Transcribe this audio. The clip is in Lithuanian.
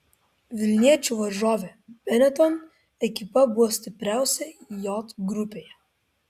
vilniečių varžovė benetton ekipa buvo stipriausia j grupėje